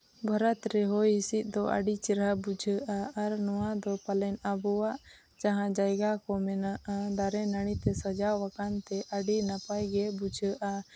ᱵᱷᱟᱨᱚᱛ ᱨᱮ ᱦᱚᱭᱼᱦᱤᱸᱥᱤᱫ ᱫᱚ ᱟᱹᱰᱤ ᱪᱮᱦᱨᱟ ᱵᱩᱡᱷᱟᱹᱜᱼᱟ ᱟᱨ ᱱᱚᱣᱟ ᱫᱚ ᱯᱟᱞᱮᱱ ᱟᱵᱚᱣᱟᱜ ᱡᱟᱦᱟᱸ ᱡᱟᱭᱜᱟ ᱠᱚ ᱢᱮᱱᱟᱜᱼᱟ ᱫᱟᱨᱮ ᱱᱟᱹᱲᱤ ᱛᱮ ᱥᱟᱡᱟᱣᱟᱠᱟᱱ ᱛᱮ ᱟᱹᱰᱤ ᱱᱟᱯᱟᱭ ᱜᱮ ᱵᱩᱡᱷᱟᱹᱜᱼᱟ